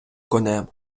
конем